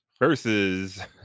versus